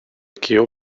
cube